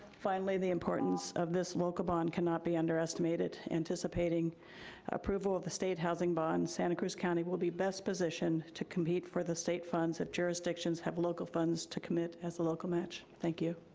finally the importance of this local bond cannot be underestimated. anticipating approval of the state housing bond, santa cruz county will be best positioned to compete for the state funds if jurisdictions have local funds to commit as a local match. thank you.